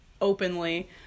openly